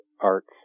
arts